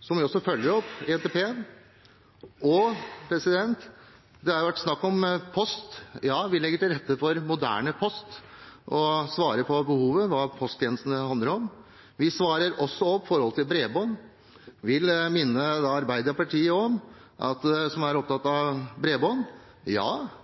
som vi også følger opp i NTP-en. Det har vært snakk om post – ja, vi legger til rette for moderne post og svarer på behovet, hva posttjenestene handler om. Vi svarer også når det gjelder bredbånd. Jeg vil minne Arbeiderpartiet, som er opptatt av bredbånd, om at